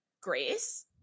Grace